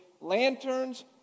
lanterns